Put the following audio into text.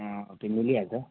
त्यो मिलिहाल्छ